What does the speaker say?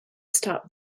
stop